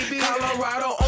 Colorado